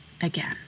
again